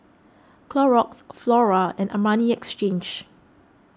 Clorox Flora and Armani Exchange